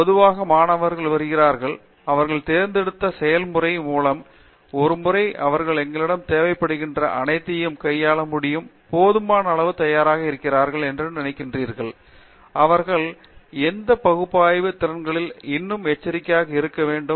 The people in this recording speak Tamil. பொதுவாக மாணவர்கள் வருகிறார்கள் அவர்கள் தேர்ந்தெடுத்த செயல்முறை மூலம் ஒரு முறை அவர்கள் எங்களிடம் தேவைப்படுகிற அனைத்தையும் கையாள முடியும் போதுமான அளவு தயாராக இருக்கிறார்கள் என்று நினைக்கிறீர்களா அவர்கள் வேறு எந்த பகுப்பாய்வு திறன்களில் இன்னும் எச்சரிக்கையாக இருக்க வேண்டும்